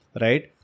Right